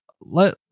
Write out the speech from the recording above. let